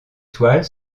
toiles